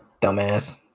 Dumbass